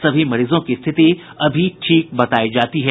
सभी मरीजों की रिथति अभी ठीक बतायी जाती है